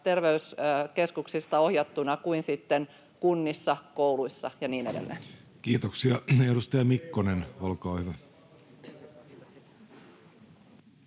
terveyskeskuksista ohjattuna kuin sitten kunnissa, kouluissa ja niin edelleen. Kiitoksia. — Edustaja Mikkonen, olkaa hyvä.